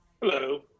Hello